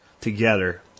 together